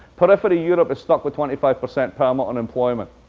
periphery europe is stuck with twenty five percent permanent unemployment.